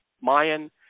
Mayan